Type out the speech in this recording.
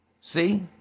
See